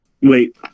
Wait